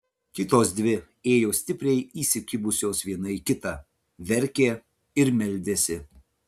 kitos dvi ėjo stipriai įsikibusios viena į kitą verkė ir meldėsi